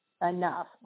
enough